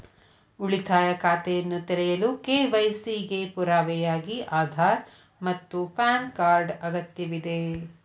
ಉಳಿತಾಯ ಖಾತೆಯನ್ನು ತೆರೆಯಲು ಕೆ.ವೈ.ಸಿ ಗೆ ಪುರಾವೆಯಾಗಿ ಆಧಾರ್ ಮತ್ತು ಪ್ಯಾನ್ ಕಾರ್ಡ್ ಅಗತ್ಯವಿದೆ